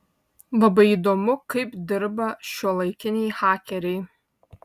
labai įdomu kaip dirba šiuolaikiniai hakeriai